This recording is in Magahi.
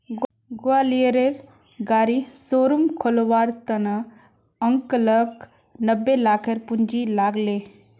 ग्वालियरेर गाड़ी शोरूम खोलवार त न अंकलक नब्बे लाखेर पूंजी लाग ले